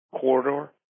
corridor